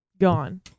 Gone